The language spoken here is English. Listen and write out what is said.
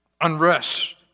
unrest